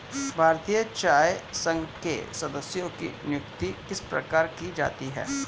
भारतीय चाय संघ के सदस्यों की नियुक्ति किस प्रकार की जाती है?